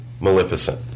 Maleficent